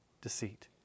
deceit